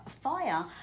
fire